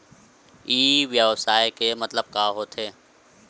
ई व्यवसाय के मतलब का होथे?